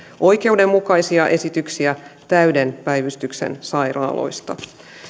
oikeudenmukaisia esityksiä täyden päivystyksen sairaaloista